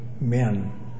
men